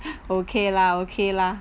okay lah okay lah